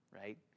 right